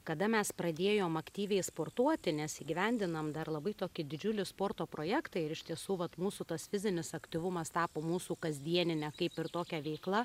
kada mes pradėjom aktyviai sportuoti nes įgyvendinam dar labai tokį didžiulį sporto projektą ir iš tiesų vat mūsų tas fizinis aktyvumas tapo mūsų kasdieniame kaip ir tokia veikla